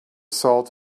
salt